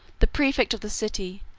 the praefect of the city,